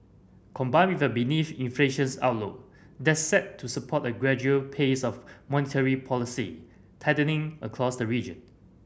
combined with a inflations outlook that set to support a gradual pace of monetary policy tightening across the region